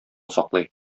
саклый